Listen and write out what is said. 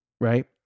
right